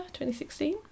2016